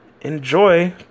Enjoy